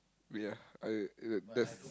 ya I there's